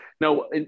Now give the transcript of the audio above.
No